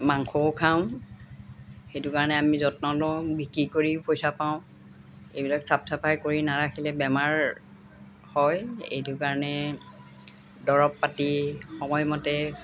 মাংসও খাওঁ সেইটো কাৰণে আমি যত্ন লওঁ বিক্ৰী কৰি পইচা পাওঁ এইবিলাক চাফ চাফাই কৰি নাৰাখিলে বেমাৰ হয় এইটো কাৰণে দৰৱ পাতি সময়মতে